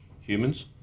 humans